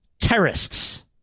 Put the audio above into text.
terrorists